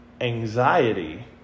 anxiety